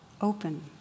open